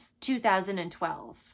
2012